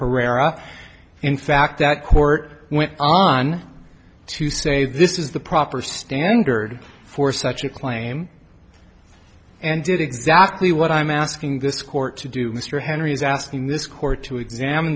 herrera in fact that court went on to say this is the proper standard for such a claim and did exactly what i'm asking this court to do mr henry is asking this court to examine